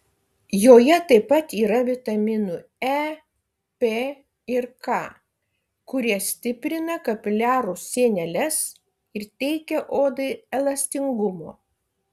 joje taip pat yra vitaminų e p ir k kurie stiprina kapiliarų sieneles ir teikia odai elastingumo